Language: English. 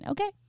Okay